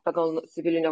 pagal n civilinio